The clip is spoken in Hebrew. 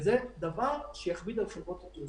וזה דבר שיכביד על חברות התעופה.